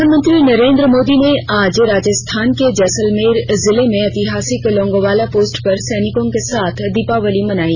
प्रधानमंत्री नरेन्द्र मोदी ने आज राजस्थान के जैसलमेर जिले में ऐतिहासिक लोंगोवाला पोस्ट पर सैनिकों के साथ दीपावली मनाई